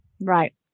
Right